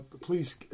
Please